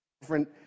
different